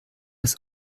des